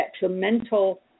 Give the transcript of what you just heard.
detrimental